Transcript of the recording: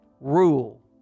rule